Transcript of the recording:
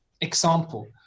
example